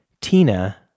Tina